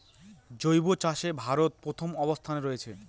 জৈব চাষে ভারত প্রথম অবস্থানে রয়েছে